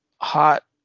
hot